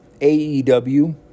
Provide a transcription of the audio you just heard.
AEW